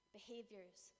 behaviors